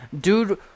Dude